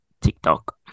TikTok